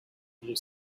blue